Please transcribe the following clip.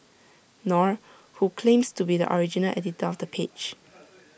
nor who claims to be the original editor of the page